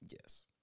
Yes